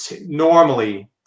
normally